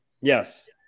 Yes